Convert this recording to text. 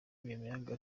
miyaga